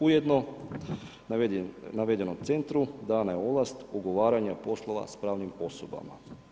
Ujedno navedenom centru dana je ovlast ugovaranja poslova s pravnim osobama.